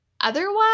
otherwise